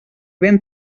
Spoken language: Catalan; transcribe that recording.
ben